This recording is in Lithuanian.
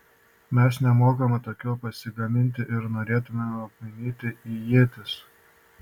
mes nemokame tokių pasigaminti ir norėtumėme apmainyti į ietis